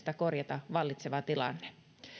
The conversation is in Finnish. korjata vallitseva tilanne